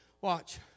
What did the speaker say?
Watch